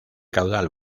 caudal